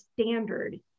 standard